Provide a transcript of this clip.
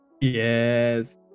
Yes